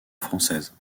française